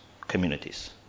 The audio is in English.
communities